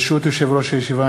ברשות יושב-ראש הישיבה,